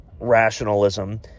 Rationalism